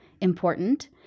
important